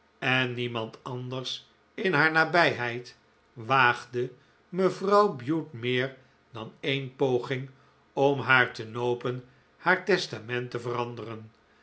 en niemand anders in haar nabijheid waagde mevrouw bute meer dan een poging om haar te nopen haar testament te veranderen